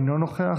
אינו נוכח,